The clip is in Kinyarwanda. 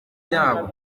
by’abo